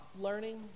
learning